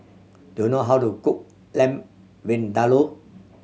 do you know how to cook Lamb Vindaloo